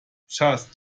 just